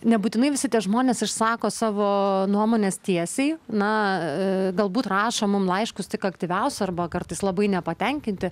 nebūtinai visi tie žmonės išsako savo nuomones tiesiai na galbūt rašo mum laiškus tik aktyviausi arba kartais labai nepatenkinti